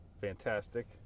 fantastic